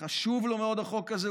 חשוב לו מאוד החוק הזה,